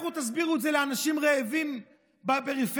לכו תסבירו את זה לאנשים רעבים בפריפריה,